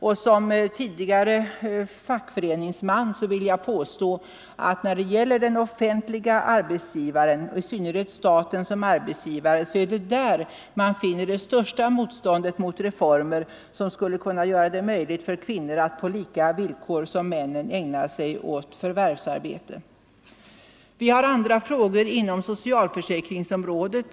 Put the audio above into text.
Och som tidigare fackföreningsman vill jag påstå att det är hos den offentliga arbetsgivaren, i synnerhet staten, som man möter det största motståndet mot reformer som skulle göra det möjligt för kvinnor att på samma villkor som män ägna sig åt förvärvsarbete. Vi har andra frågor, bl.a. inom socialförsäkringsområdet.